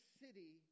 city